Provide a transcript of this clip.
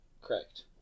Correct